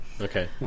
Okay